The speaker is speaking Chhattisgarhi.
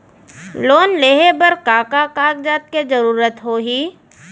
लोन लेहे बर का का कागज के जरूरत होही?